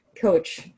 Coach